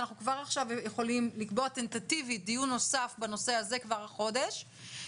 וכבר עכשיו נקבע טנטטיבית דיון נוסף בנושא הזה כבר החודש.